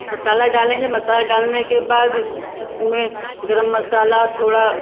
मसाला डालेंगे मसाला डालने के बाद उसमें गर्म मसाला थोड़ा